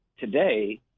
Today